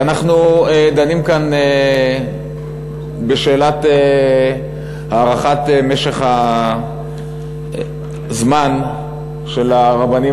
אנחנו דנים כאן בשאלת הארכת משך הזמן של הרבנים